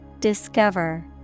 Discover